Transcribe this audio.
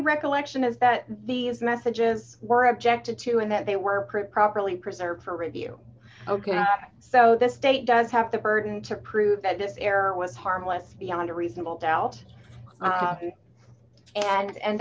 recollection is that these messages were objected to and that they were pretty properly preserved for review ok so the state does have the burden to prove that that error was harmless beyond a reasonable doubt a